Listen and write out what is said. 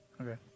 Okay